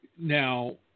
Now